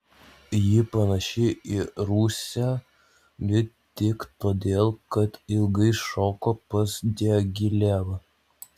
ji panaši į rusę bet tik todėl kad ilgai šoko pas diagilevą